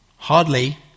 Hardly